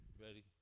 Ready